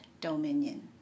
dominion